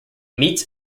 meets